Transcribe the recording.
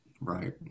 Right